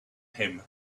him